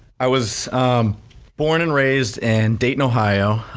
i was born and raised in dayton ohio,